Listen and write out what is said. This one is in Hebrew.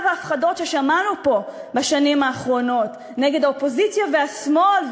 וההפחדות ששמענו פה בשנים האחרונות נגד האופוזיציה והשמאל,